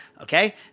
Okay